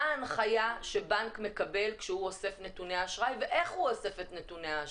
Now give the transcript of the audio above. מה ההנחיה שבנק מקבל כשהוא אוסף את נתוני האשראי ואיך הוא אוסף אותם.